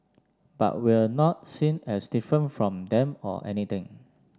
but we're not seen as different from them or anything